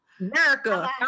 America